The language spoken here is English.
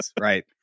right